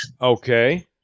Okay